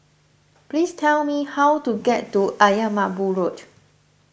please tell me how to get to Ayer Merbau Road